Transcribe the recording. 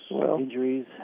injuries